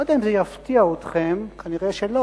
אני לא יודע אם זה יפתיע אתכם, כנראה שלא,